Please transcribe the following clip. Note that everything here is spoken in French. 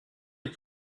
est